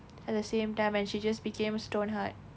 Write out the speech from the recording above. at the same time and she just became stone hard